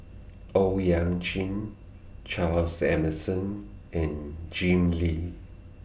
Owyang Chi Charles Emmerson and Jim Lim